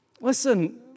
Listen